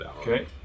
Okay